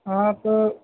آپ